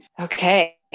Okay